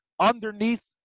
underneath